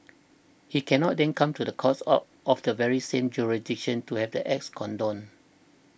he cannot then come to the courts of the very same jurisdiction to have the acts condoned